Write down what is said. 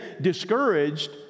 discouraged